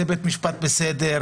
זה בית משפט בסדר,